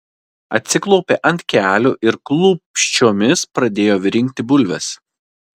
atsiklaupė ant kelių ir klūpsčiomis pradėjo rinkti bulves